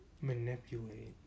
...manipulate